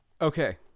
Okay